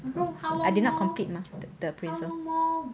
I did not complete mah the appraiser